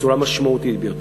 בצורה משמעותית ביותר.